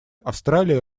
австралия